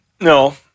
No